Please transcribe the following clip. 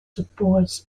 supports